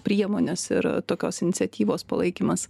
priemonės ir tokios iniciatyvos palaikymas